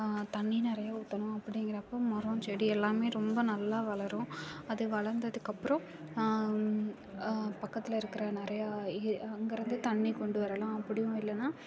தண்ணி நிறையா ஊற்றணும் அப்டிங்கிறப்போ மரம் செடி எல்லாம் ரொம்ப நல்லா வளரும் அது வளர்ந்ததுக்கு அப்புறோம் பக்கத்தில் இருக்கிற நிறையா எ அங்கேருந்து தண்ணி கொண்டு வரலாம் அப்படியும் இல்லைனா